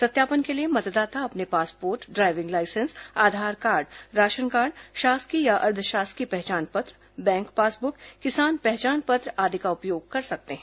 सत्यापन के लिए मतदाता अपने passport driving licence Aadhaar card ration card शासकीय या अर्द्व शासकीय पहचान पत्र बैंक पासबुक किसान पहचान पत्र आदि का उपयोग कर सकते हैं